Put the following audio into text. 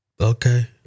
Okay